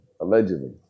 allegedly